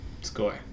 Score